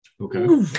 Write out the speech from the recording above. Okay